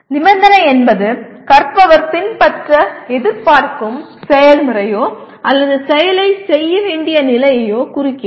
நிபந்தனை என்பது கற்பவர் பின்பற்ற எதிர்பார்க்கும் செயல்முறையையோ அல்லது செயலைச் செய்ய வேண்டிய நிலையையோ குறிக்கிறது